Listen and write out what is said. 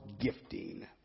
gifting